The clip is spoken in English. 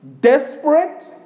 desperate